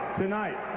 tonight